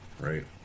Right